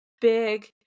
big